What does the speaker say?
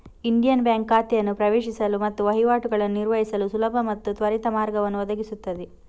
Indian bank ಖಾತೆಯನ್ನು ಪ್ರವೇಶಿಸಲು ಮತ್ತು ವಹಿವಾಟುಗಳನ್ನು ನಿರ್ವಹಿಸಲು ಸುಲಭ ಮತ್ತು ತ್ವರಿತ ಮಾರ್ಗವನ್ನು ಒದಗಿಸುತ್ತದೆ